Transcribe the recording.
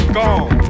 gone